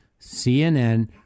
CNN